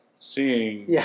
seeing